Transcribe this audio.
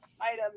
item